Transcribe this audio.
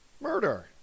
murder